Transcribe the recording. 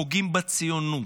פוגעת בציונות.